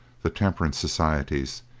the temperance societies,